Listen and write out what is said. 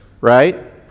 right